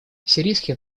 сирийский